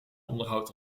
onderhoudt